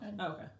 Okay